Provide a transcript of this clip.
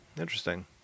interesting